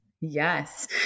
Yes